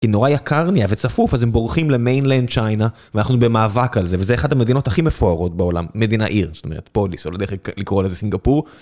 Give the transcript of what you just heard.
כי נורא יקר נהיה וצפוף אז הם בורחים למיינלנד צ'יינה ואנחנו במאבק על זה וזה אחת המדינות הכי מפוארות בעולם, מדינה עיר, זאת אומרת פוליס, לא יודע איך לקרוא לזה סינגפור.